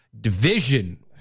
division